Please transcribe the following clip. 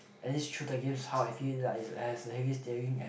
at this shooter games how I feel lah it has a heavy steering and